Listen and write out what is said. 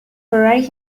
ferrari